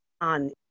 on